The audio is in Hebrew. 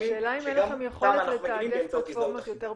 שגם אותם אנחנו מגינים באמצעות הזדהות אחידה.